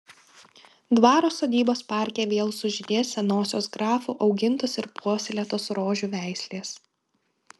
dvaro sodybos parke vėl sužydės senosios grafų augintos ir puoselėtos rožių veislės